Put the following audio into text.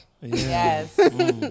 Yes